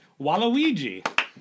Waluigi